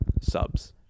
subs